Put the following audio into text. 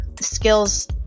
skills